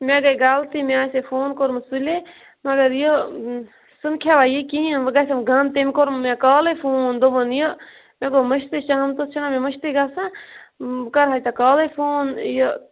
مےٚ گٔے غَلطی مےٚ آسہِ ہے فون کوٚرمُت سُلے مگر یہِ سُہ نہٕ کھیٚوان یہِ کِہیٖنۍ وۄنۍ گَژھیٚم گند تمۍ کوٚرُم مےٚ کالے فون دوٚپُن یہِ مےٚ گوٚو مٔشدٕے شَہَمتَس چھُ نہ مےٚ مٔشدٕے گَژھان بہٕ کرہے ژےٚ کالے فون یہِ